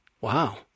Wow